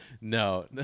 no